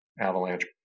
avalanche